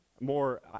more